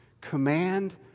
command